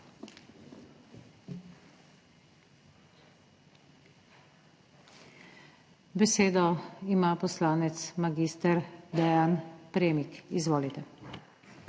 Besedo ima poslanec mag. Dean Premik. Izvolite.